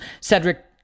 Cedric